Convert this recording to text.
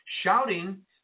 shouting